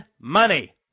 money